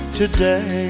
today